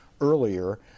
earlier